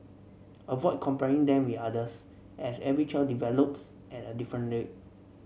avoid comparing them with others as every child develops at a different rate